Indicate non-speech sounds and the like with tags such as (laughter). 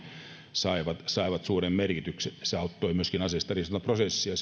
saivat saivat suuren merkityksen tämä auttoi myöskin aseistariisuntaprosessia (unintelligible)